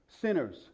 Sinners